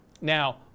Now